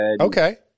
Okay